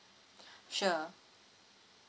sure